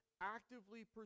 actively